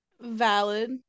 valid